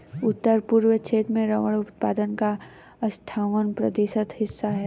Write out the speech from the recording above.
उत्तर पूर्व क्षेत्र में रबर उत्पादन का अठ्ठावन प्रतिशत हिस्सा है